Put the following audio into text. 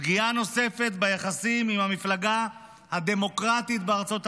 פגיעה נוספת ביחסים עם המפלגה הדמוקרטית בארצות הברית.